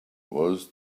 was